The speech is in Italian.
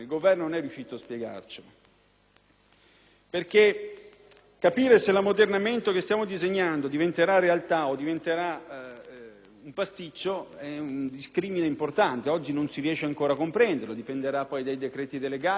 perché capire se l'ammodernamento che stiamo disegnando diventerà realtà o un pasticcio è un discrimine importante: oggi non si riesce ancora a comprenderlo, dipenderà dai decreti delegati e da come lavoreremo in futuro.